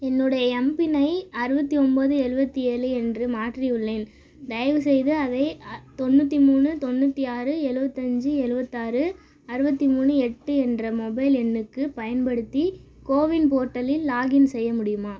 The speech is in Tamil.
என்னுடைய எம்பின் ஐ அறுபத்தி ஒம்போது எழுபத்தி ஏழு என்று மாற்றியுள்ளேன் தயவுசெய்து அதை தொண்ணூற்றி மூணு தொண்ணூற்றி ஆறு எழுபத்தி அஞ்சு எழுபத்தி ஆறு அறுபத்தி மூணு எட்டு என்ற மொபைல் எண்ணுக்குப் பயன்படுத்தி கோவின் போர்ட்டலில் லாகின் செய்ய முடியுமா